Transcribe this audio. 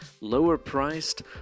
lower-priced